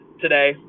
today